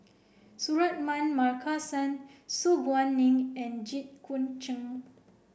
Suratman Markasan Su Guaning and Jit Koon Ch'ng